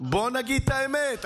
בוא נגיד את האמת.